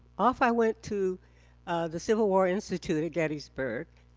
off i went to the civil war institute at gettysburg,